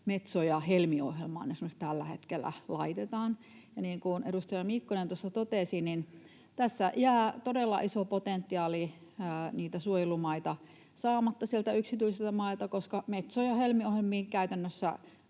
Metso- ja Helmi-ohjelmiin tällä hetkellä laitetaan. Niin kuin edustaja Mikkonen tuossa totesi, tässä jää todella iso potentiaali suojelumaita saamatta sieltä yksityisiltä mailta, koska Metso- ja Helmi-ohjelmiin käytännössä